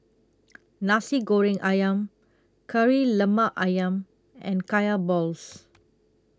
Nasi Goreng Ayam Kari Lemak Ayam and Kaya Balls